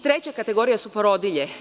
Treća kategorija su porodilje.